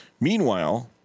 Meanwhile